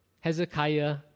Hezekiah